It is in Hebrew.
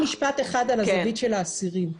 משפט על הזווית של האסירים.